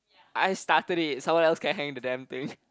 I started it someone else can hang the damn thing